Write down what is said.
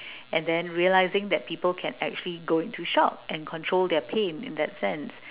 and then realizing that people can actually go into shock and control their pain in that sense